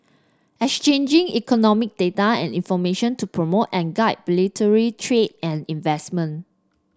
exchanging economic data and information to promote and guide bilaterally trade and investment